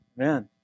amen